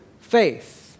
faith